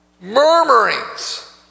murmurings